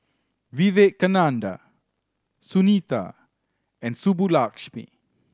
Vivekananda Sunita and Subbulakshmi